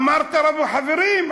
אמרת לנו: חברים,